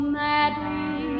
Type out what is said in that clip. madly